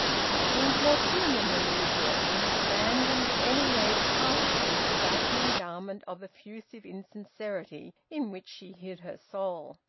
she seemed more human than usual, to have abandoned, at any rate partially, the baffling garment of effusive insincerity in which she hid her soul.